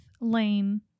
lane